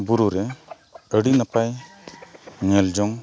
ᱵᱩᱨᱩ ᱨᱮ ᱟᱹᱰᱤ ᱱᱟᱯᱟᱭ ᱧᱮᱞ ᱡᱚᱝ